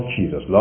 Jesus